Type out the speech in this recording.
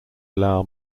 allow